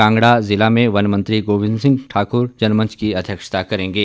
कांगड़ा जिला में वन मंत्री गोविंद सिंह ठाकुर जनमंच की अध्यक्षता करेंगे